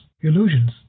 illusions